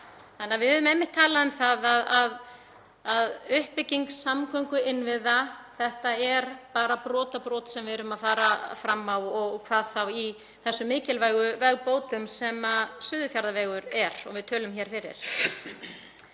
undir 3%. Við höfum einmitt talað um að í uppbyggingu samgönguinnviða er þetta bara brotabrot sem við erum að fara fram á og hvað þá í þessum mikilvægu vegbótum sem Suðurfjarðavegur er og við tölum hér fyrir.